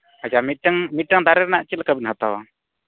ᱟᱪᱪᱷᱟ ᱢᱤᱫᱴᱮᱱ ᱢᱤᱫᱴᱟᱝ ᱫᱟᱨᱮ ᱨᱮᱱᱟᱜ ᱪᱮᱫ ᱞᱮᱠᱟ ᱵᱤᱱ ᱦᱟᱛᱟᱣᱟ